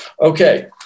Okay